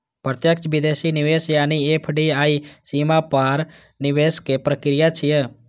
प्रत्यक्ष विदेशी निवेश यानी एफ.डी.आई सीमा पार निवेशक प्रक्रिया छियै